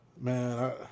Man